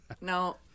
no